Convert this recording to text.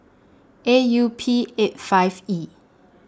A U P eight five E